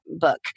book